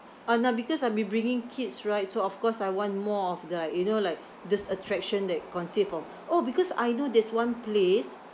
uh no because I'll be bringing kids right so of course I want more of the like you know like those attraction that consist of oh because I know there's one place